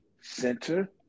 center